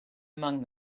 among